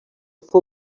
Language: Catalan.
fou